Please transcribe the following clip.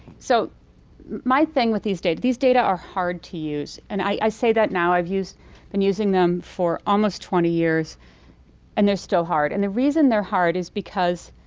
so my thing with these data, these data are hard to use and i say that now. i've used been using them for almost twenty years and they're still hard. and the reason they're hard is because